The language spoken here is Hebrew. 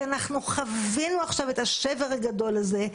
חווינו עכשיו את השבר הגדול הזה,